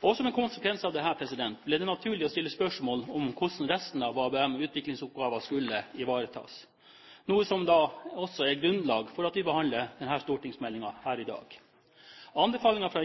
Som en konsekvens av dette ble det naturlig å stille spørsmål om hvordan resten av ABM-utviklings oppgaver skulle ivaretas, noe som også er grunnlag for at vi behandler denne stortingsmeldingen her i dag. Anbefalingene fra